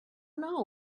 know